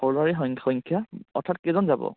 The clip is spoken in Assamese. সৰু সংখ্যা অৰ্থাৎ কেইজন যাব